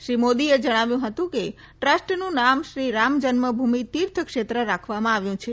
શ્રી મોદીએ જણાવ્યું હતું કે ટ્રસ્ટનું નામ શ્રી રામજન્મભૂમિ તીર્થ ક્ષેત્ર રાખવામાં આવ્યું છે